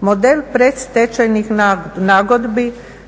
Model predstečajnih nagodbi